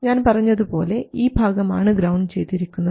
ഞാൻ പറഞ്ഞതുപോലെ ഈ ഭാഗമാണ് ഗ്രൌണ്ട് ചെയ്തിരിക്കുന്നത്